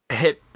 hit